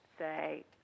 Say